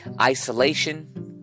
Isolation